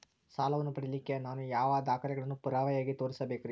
ಸಾಲವನ್ನು ಪಡಿಲಿಕ್ಕೆ ನಾನು ಯಾವ ದಾಖಲೆಗಳನ್ನು ಪುರಾವೆಯಾಗಿ ತೋರಿಸಬೇಕ್ರಿ?